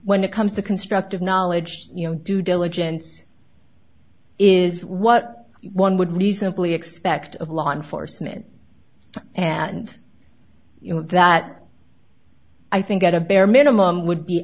when it comes to constructive knowledge you know due diligence is what one would reasonably expect of law enforcement and you know that i think at a bare minimum would be